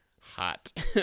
Hot